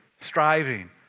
striving